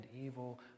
evil